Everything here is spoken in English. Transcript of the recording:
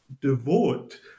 devote